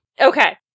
Okay